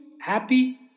happy